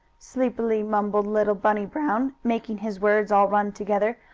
sleepily mumbled little bunny brown, making his words all run together,